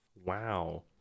Wow